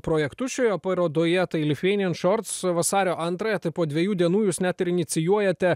projektus šioje parodoje tai lithuanian šords vasario antrąją po dviejų dienų jūs net ir inicijuojate